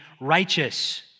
righteous